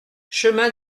chemin